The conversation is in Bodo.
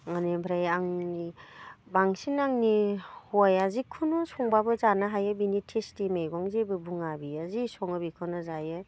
बेनिफ्राय आंनि बांसिन आंनि हौवाया जिखुनु संब्लाबो जानो हायो बिनि टेस्टि मैगं जेबो बुङा बियो जि सङो बेखौनो जायो